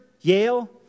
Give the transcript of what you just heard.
Yale